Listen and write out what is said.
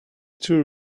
too